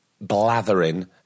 blathering